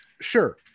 Sure